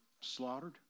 slaughtered